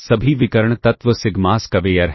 सभी विकर्ण तत्व सिग्मा स्क्वेयर हैं